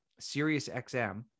SiriusXM